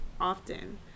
often